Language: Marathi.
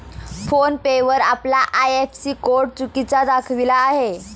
फोन पे वर आपला आय.एफ.एस.सी कोड चुकीचा दाखविला आहे